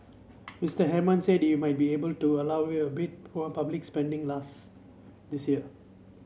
Mister Hammond said he might be able to allow a bit more public spending last this year